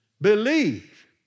believe